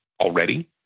already